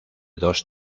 dos